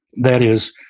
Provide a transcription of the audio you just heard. that is,